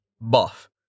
Buff